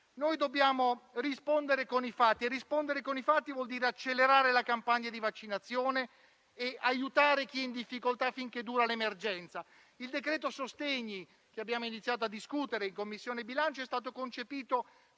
Dobbiamo rispondere con i fatti, il che significa accelerare la campagna di vaccinazione e aiutare chi è in difficoltà finché dura l'emergenza. Il cosiddetto decreto sostegni, che abbiamo iniziato a discutere in Commissione bilancio, è stato concepito